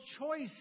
choice